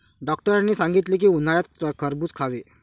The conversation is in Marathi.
डॉक्टरांनी सांगितले की, उन्हाळ्यात खरबूज खावे